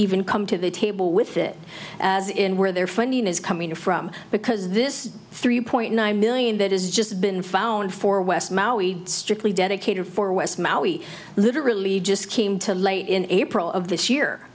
even come to the table with it as in where their funding is coming from because this three point nine million that has just been found for west maui strictly dedicated for west maui literally just came to light in april of this year